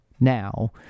now